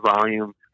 volume